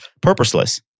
purposeless